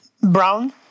Brown